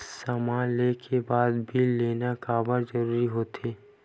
समान ले के बाद बिल लेना काबर जरूरी होथे?